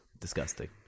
disgusting